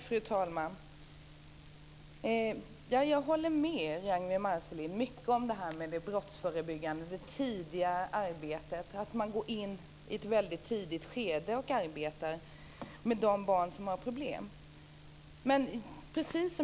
Fru talman! Jag håller med Ragnwi Marcelind i fråga om det tidiga brottsförebyggande arbetet och att arbeta i ett tidigt skede med de barn som har problem.